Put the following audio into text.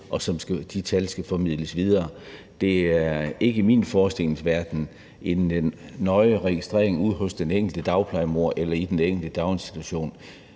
og de tal skal formidles videre. Det er ikke i min forestillingsverden en nøje registrering ude hos den enkelte dagplejemor eller i den enkelte daginstitution.